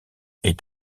est